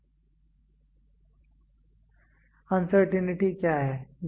uncertainty क्या है